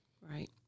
Right